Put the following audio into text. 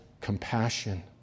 compassion